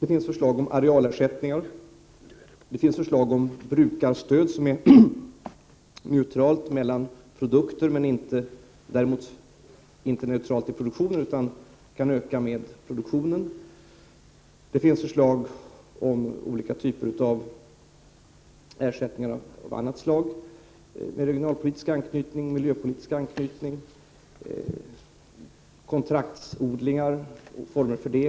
Det finns förslag om arealersättningar. Det finns förslag om brukarstöd som är neutralt mellan produkter men däremot inte neutralt i produktionen utan kan öka med produktionen. Det finns förslag om olika typer av ersättningar av annat slag med regionalpolitiskt anknytning, med miljöpolitisk anknytning. Det — Prot. 1988/89:89 finns förslag om kontraktsodlingar och olika former för sådana.